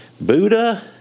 Buddha